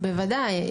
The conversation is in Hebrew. בוודאי.